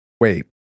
wait